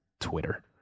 Twitter